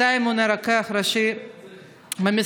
1. מתי ימונה רוקח ראשי במשרדך?